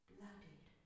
Bloodied